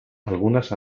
algunas